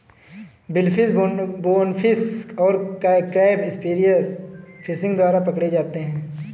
billfish, bonefish और crab spear fishing द्वारा पकड़े जाते हैं